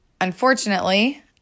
unfortunately